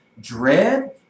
dread